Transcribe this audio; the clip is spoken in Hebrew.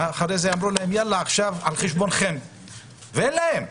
ואחר כך אמרו להם שזה על חשבונם אבל אין להם.